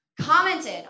commented